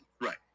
Right